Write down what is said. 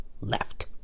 left